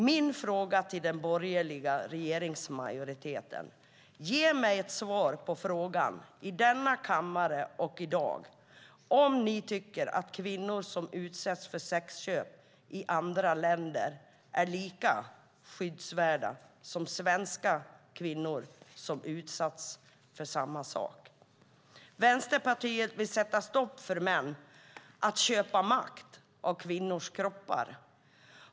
Min fråga till den borgerliga regeringsmajoriteten är om ni tycker att kvinnor som utsätts för sexköp i andra länder är lika skyddsvärda som svenska kvinnor som utsatts för samma sak. Ge mig ett svar på den frågan i denna kammare i dag! Vänsterpartiet vill sätta stopp för män att köpa makt av kvinnors kroppar.